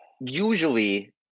usually